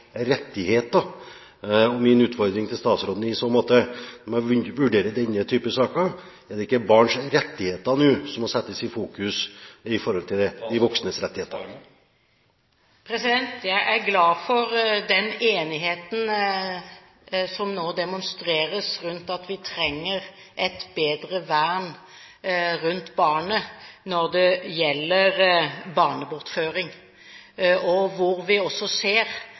rettigheter. Min utfordring til statsråden i så måte når hun vurderer denne type saker, er: Er det ikke barns rettigheter som må settes i fokus nå i stedet for de voksnes rettigheter? Jeg er glad for den enigheten som nå demonstreres rundt at vi trenger et bedre vern rundt barnet når det gjelder barnebortføring. Vi ser også